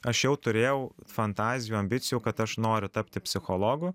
aš jau turėjau fantazijų ambicijų kad aš noriu tapti psichologu